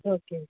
okay